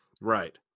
Right